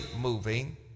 moving